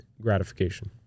gratification